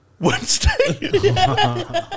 Wednesday